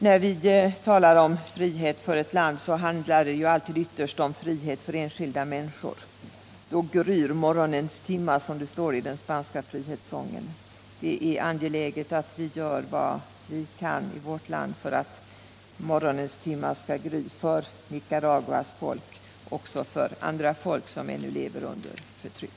När vi talar om frihet för ett land, så handlar det ju alltid ytterst om frihet för enskilda människor. Då gryr morgonens timma, som det står i den spanska frihetssången. Det är angeläget att vi gör vad vi kan för att morgonens timma skall gry — för Nicaraguas folk och för andra folk som ännu lever under förtryck.